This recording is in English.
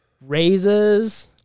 Raises